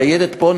ניידת פה,